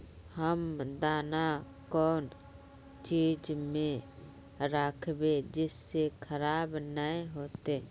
हम दाना कौन चीज में राखबे जिससे खराब नय होते?